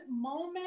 moment